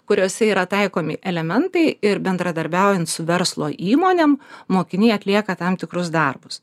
kuriose yra taikomi elementai ir bendradarbiaujant su verslo įmonėm mokiniai atlieka tam tikrus darbus